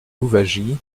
louwagie